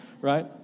right